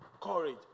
Courage